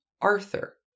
Arthur